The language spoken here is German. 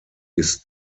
als